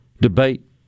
debate